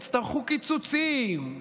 יצטרכו קיצוצים,